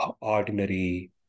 ordinary